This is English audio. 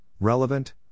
relevant